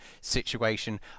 situation